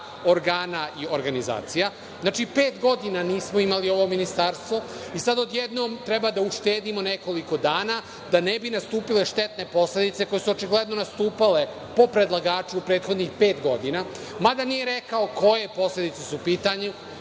organa i organizacija.“Znači, pet godina nismo imali ovo ministarstvo i sada odjednom treba da uštedimo nekoliko dana da ne bi nastupile štetne posledice koje su očigledno nastupale po predlagaču prethodnih pet godina. Mada, nije rekao koje posledice su u pitanju,